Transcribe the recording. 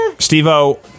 steve-o